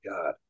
god